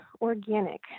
organic